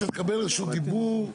אתה תקבל רשות דיבור.